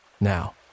Now